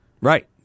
Right